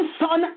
son